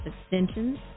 extensions